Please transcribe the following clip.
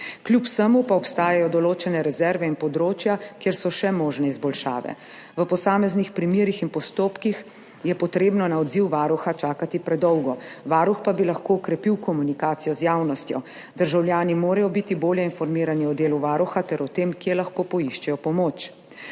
Kljub vsemu pa obstajajo določene rezerve in področja, kjer so še možne izboljšave. V posameznih primerih in postopkih je treba na odziv Varuha čakati predolgo, Varuh pa bi lahko okrepil komunikacijo z javnostjo. Državljani morajo biti bolje informirani o delu Varuha ter o tem, kje lahko poiščejo pomoč.